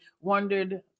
wondered